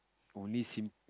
only sim~